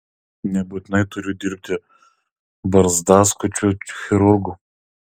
nebūtinai turiu dirbti barzdaskučiu chirurgu